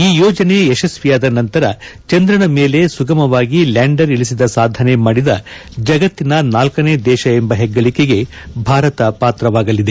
ಈ ಯೋಜನೆ ಯಶಸ್ವಿಯಾದ ನಂತರ ಚಂದ್ರನ ಮೇಲೆ ಸುಗಮವಾಗಿ ಲ್ಯಾಂಡರ್ ಇಳಿಸಿದ ಸಾಧನೆ ಮಾಡಿದ ಜಗತ್ತಿನ ನಾಲ್ಕನೇ ದೇಶ ಎಂಬ ಹೆಗ್ಗಳಿಕೆಗೆ ಭಾರತ ಪಾತ್ರವಾಗಲಿದೆ